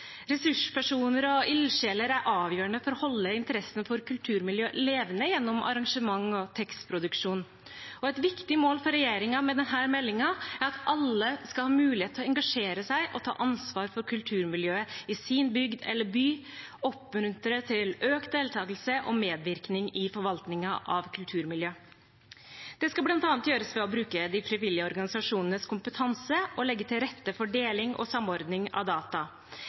Ressurspersoner og ildsjeler er avgjørende for å holde interessen for kulturmiljø levende gjennom arrangementer og tekstproduksjon. Et viktig mål for regjeringen med denne meldingen er at alle skal ha mulighet til å engasjere seg og ta ansvar for kulturmiljøet i sin bygd eller by og oppmuntre til økt deltakelse og medvirkning i forvaltningen av kulturmiljø. Det skal bl.a. gjøres ved å bruke de frivillige organisasjonenes kompetanse og legge til rette for deling og samordning av data.